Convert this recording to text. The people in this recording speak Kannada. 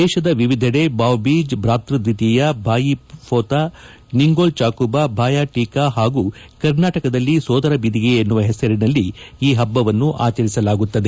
ದೇಶದ ವಿವಿಧೆದೆ ಭಾವ್ ಬೀಜ್ ಭ್ರಾತ್ವ ದ್ಲಿತೀಯ ಭಾಯೀ ಫೋತಾ ನಿಂಗೊಲ್ ಚಾಕುಬಾ ಭಾಯ ಟೀಕಾ ಹಾಗು ಕರ್ನಾಟಕದಲ್ಲಿ ಸೋದರ ಬಿದಿಗೆ ಎನ್ನುವ ಹೆಸರಿನಲ್ಲಿ ಆಚರಿಸಲಾಗುತ್ತದೆ